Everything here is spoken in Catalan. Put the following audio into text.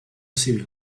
civil